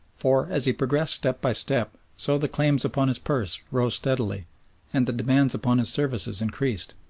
for as he progressed step by step so the claims upon his purse rose steadily and the demands upon his services increased.